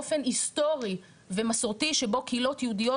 היסטורי ומסורתי שבו קהילות יהודיות